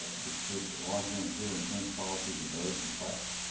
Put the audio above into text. long-term care insurance policies are very complex.